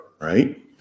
right